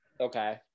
Okay